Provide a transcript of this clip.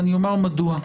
ואני אומר מדוע,